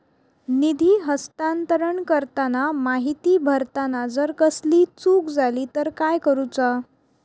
निधी हस्तांतरण करताना माहिती भरताना जर कसलीय चूक जाली तर काय करूचा?